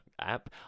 app